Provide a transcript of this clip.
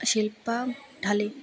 Shilpa Dhali